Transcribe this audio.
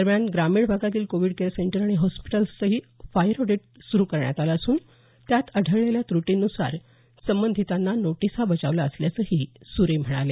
दरम्यान ग्रामिण भागातील कोविड केअर सेंटर आणि हॉस्पीटलचेही फायर ऑडीट सुरु करण्यात आले असून त्यात आढळलेल्या त्रुटींनुसार संबंधितांना नोटीसा बजावल्या असल्याचंही सुरे म्हणाले